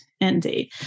Indeed